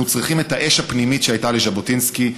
צריכים את האש הפנימית שהייתה לז'בוטינסקי,